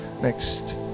next